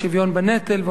השוויון בנטל,